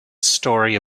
story